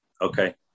okay